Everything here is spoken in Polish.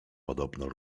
podobno